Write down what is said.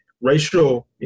racial